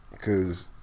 Cause